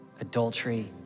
adultery